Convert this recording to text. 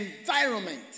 environment